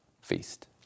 feast